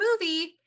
movie